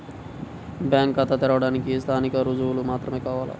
Bank ఖాతా తెరవడానికి స్థానిక రుజువులు మాత్రమే కావాలా?